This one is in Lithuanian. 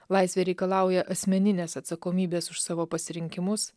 laisvė reikalauja asmeninės atsakomybės už savo pasirinkimus